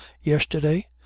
yesterday